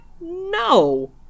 No